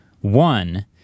One